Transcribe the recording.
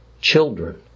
children